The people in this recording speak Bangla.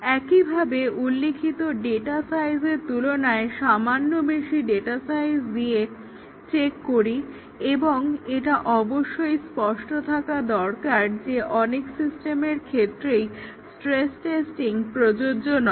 একইভাবে আমরা উল্লিখিত ডাটা সাইজের তুলনায় সামান্য বেশি ডাটা সাইজ দিয়ে চেক করি এবং এটা অবশ্যই স্পষ্ট থাকা দরকার যে অনেক সিস্টেমের ক্ষেত্রেই স্ট্রেস টেস্টিং প্রযোজ্য নয়